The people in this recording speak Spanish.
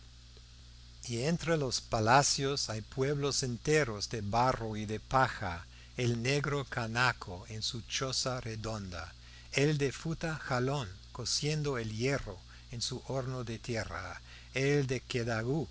y entre los palacios hay pueblos enteros de barro y de paja el negro canaco en su choza redonda el de futa jalón cociendo el hierro en su horno de tierra el de kedugú con